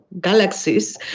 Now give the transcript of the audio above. galaxies